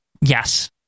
Yes